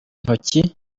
ntoki